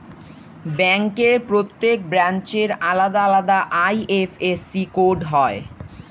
ব্যাংকের প্রত্যেক ব্রাঞ্চের আলাদা আলাদা আই.এফ.এস.সি কোড হয়